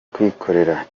kwikorera